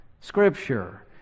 scripture